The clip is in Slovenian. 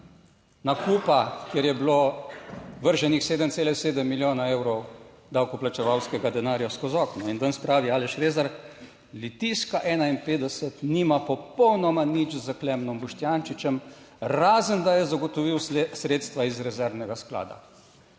nakupa, kjer je bilo vrženih 7,7 milijona evrov davkoplačevalskega denarja skozi okno. In danes, pravi Aleš Rezar, Litijska 51, nima popolnoma nič s Klemnom Boštjančičem, razen da je zagotovil sredstva iz rezervnega sklada.